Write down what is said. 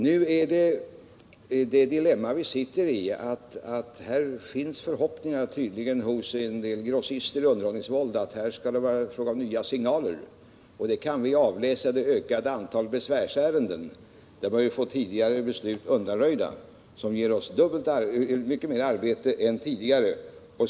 Nu är dilemmat att det tydligen finns förhoppningar hos en del grossister i underhållningsvåld att det nu skulle vara fråga om nya signaler, och det kan vi avläsa i det ökade antalet besvärsärenden. Man vill få tidigare beslut undanröjda, vilket ger oss mycket mer arbete.